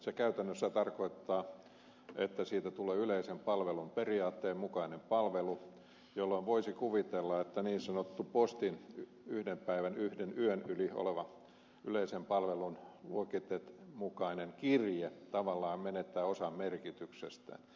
se käytännössä tarkoittaa että siitä tulee yleisen palvelun periaatteen mukainen palvelu jolloin voisi kuvitella että niin sanottu postin yhden päivän tai yhden yön yli oleva yleisen palvelun luokittelun mukainen kirje tavallaan menettää osan merkityksestään